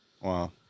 Wow